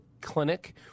clinic